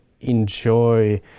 enjoy